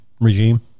regime